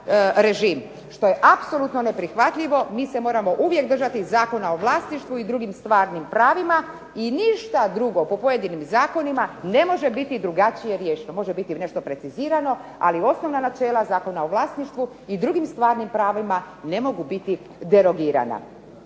što je apsolutno neprihvatljivo. Mi se moramo uvijek držati Zakona o vlasništvu i drugim stvarnim pravima i ništa drugo po pojedinim zakonima ne može biti drugačije riješeno. Može biti nešto precizirano ali osnovna načela Zakona o vlasništvu i drugim stvarnim pravima ne mogu biti derogirana.